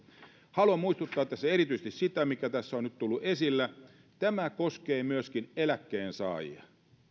haluan muistuttaa tässä erityisesti siitä mikä tässä on nyt ollut esillä tämä koskee myöskin eläkkeensaajia